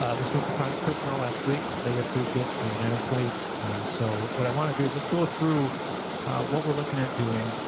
um this went to finance personnel last week. they approved it ah unanimously. and so what i want to do is just go through what we're looking at doing.